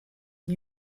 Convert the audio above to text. new